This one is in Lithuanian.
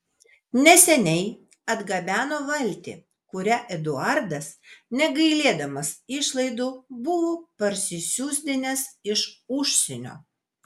neseniai atgabeno valtį kurią eduardas negailėdamas išlaidų buvo parsisiųsdinęs iš užsienio